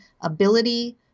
ability